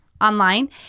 online